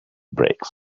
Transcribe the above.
brake